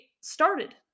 started